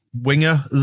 winger